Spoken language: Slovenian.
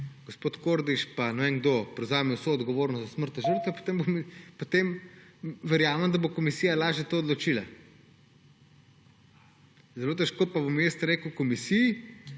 gospod Kordiš in ne vem kdo prevzame vso odgovornost za smrti, potem verjamem, da bo komisija lažje o tem odločila. Zelo težko pa bom jaz rekel komisiji,